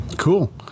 Cool